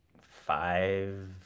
five